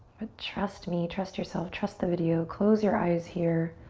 but trust me, trust yourself, trust the video. close your eyes here.